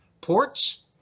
ports